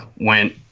went